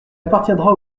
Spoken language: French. appartiendra